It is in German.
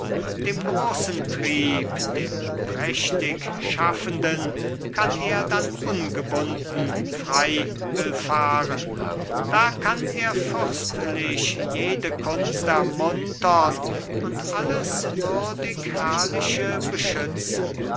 dem großen trieb dem prächtig schaffenden kann er dann ungebunden frei willfahren da kann er fürstlich jede kunst ermuntern und alles würdig herrliche beschützen